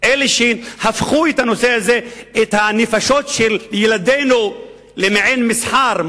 אלה שהפכו את הנפשות של ילדינו למעין מסחר,